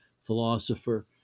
philosopher